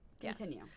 continue